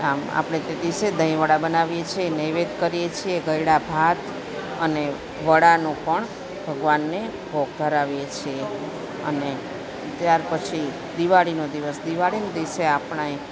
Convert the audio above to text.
આમ આપણે તે દિવસે દહીંવડા બનાવીએ છીએ નૈવેદ કરીએ છીએ ગળ્યા ભાત અને વડાનું પણ ભગવાનને ભોગ ધરાવીએ છીએ અને ત્યારપછી દિવાળીનો દિવસ દિવાળીના દિવસે આપણે